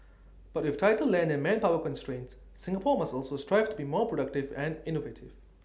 but with tighter land and manpower constraints Singapore must also strive to be more productive and innovative